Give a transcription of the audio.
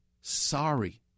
sorry